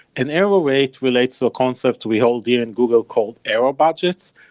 an error weight relates to a concept we hold dear in google called error budgets,